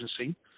Agency